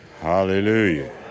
Hallelujah